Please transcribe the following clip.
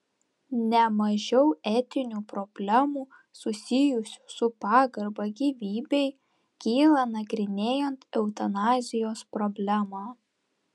ne mažiau etinių problemų susijusių su pagarba gyvybei kyla nagrinėjant eutanazijos problemą